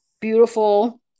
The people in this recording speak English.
beautiful